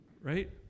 Right